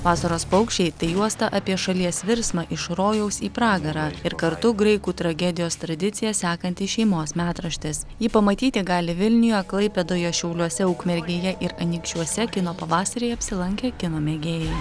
vasaros paukščiai tai juosta apie šalies virsmą iš rojaus į pragarą ir kartu graikų tragedijos tradiciją sekantis šeimos metraštis jį pamatyti gali vilniuje klaipėdoje šiauliuose ukmergėje ir anykščiuose kino pavasaryje apsilankę kino mėgėjai